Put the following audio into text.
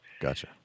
Gotcha